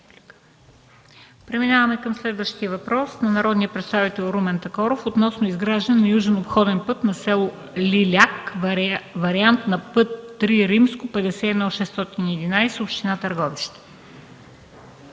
Преминаваме към следващия въпрос на народния представител Румен Такоров относно изграждане на южен обходен път на с. Лиляк – вариант на път ІІІ-51611, община Търговище.